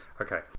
Okay